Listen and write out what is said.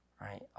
right